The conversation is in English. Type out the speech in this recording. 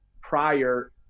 prior